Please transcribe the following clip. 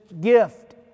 gift